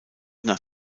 nach